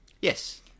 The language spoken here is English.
Yes